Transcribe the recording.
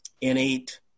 innate